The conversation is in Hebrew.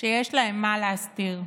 שיש להם מה להסתיר.